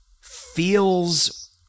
feels